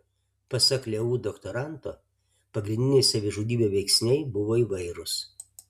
pasak leu doktoranto pagrindiniai savižudybių veiksniai buvo įvairūs